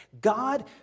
God